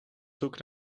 zoek